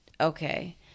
okay